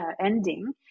ending